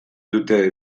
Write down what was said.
dute